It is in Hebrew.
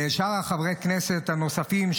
ושאר חברי הכנסת הנוספים,